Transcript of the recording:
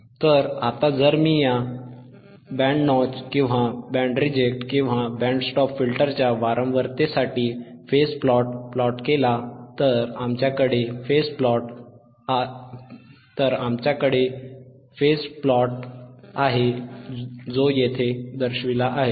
तर आता जर मी या बँड नॉच किंवा बँड रिजेक्ट किंवा बँड स्टॉप फिल्टरच्या वारंवारतेसाठी फेज प्लॉट प्लॉट केला तर आमच्याकडे फेज प्लॉट आहे जो येथे दर्शविला आहे